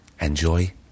Enjoy